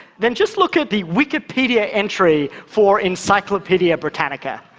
then just look at the wikipedia entry for encyclopaedia britannica.